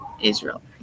israel